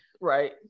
right